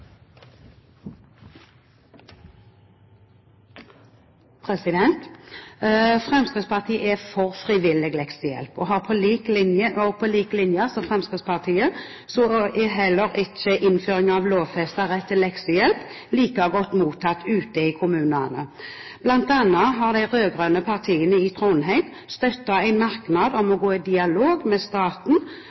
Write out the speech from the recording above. hjelp. Fremskrittspartiet er for frivillig leksehjelp. På lik linje med i Fremskrittspartiet er innføring av lovfestet rett til leksehjelp heller ikke godt mottatt ute i kommunene. Blant annet har de rød-grønne partiene i Trondheim støttet en merknad om å gå i dialog med staten